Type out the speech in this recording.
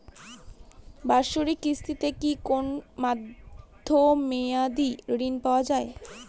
বাৎসরিক কিস্তিতে কি কোন মধ্যমেয়াদি ঋণ পাওয়া যায়?